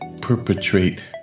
perpetrate